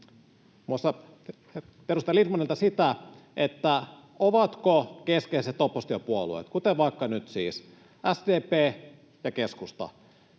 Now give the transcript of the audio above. muassa edustaja Lindtmanilta, sitä, näkevätkö keskeiset oppositiopuolueet, kuten vaikka nyt siis SDP ja keskusta,